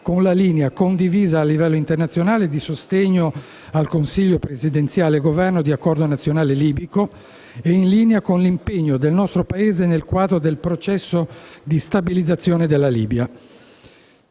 con la linea, condivisa a livello internazionale, di sostegno al Consiglio presidenziale-Governo di accordo nazionale libico e con l'impegno del nostro Paese nel quadro del processo di stabilizzazione della Libia.